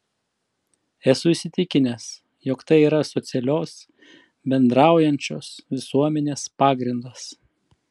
esu įsitikinęs jog tai yra socialios bendraujančios visuomenės pagrindas